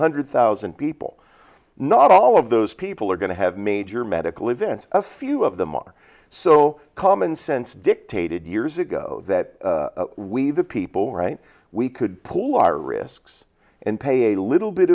hundred thousand people not all of those people are going to have major medical event a few of them are so common sense dictated years ago that we the people right we could pull our risks and pay a little bit